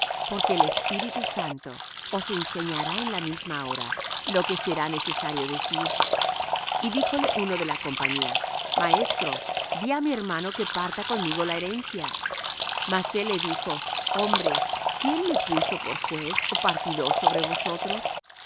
porque el espíritu santo os enseñará en la misma hora lo que será necesario decir y díjole uno de la compañía maestro di á mi hermano que parta conmigo la herencia mas él le dijo hombre quién me puso por juez ó partidor sobre vosotros